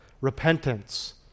repentance